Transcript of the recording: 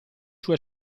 sua